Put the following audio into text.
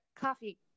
coffee